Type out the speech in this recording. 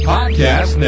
Podcast